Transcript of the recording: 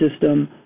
system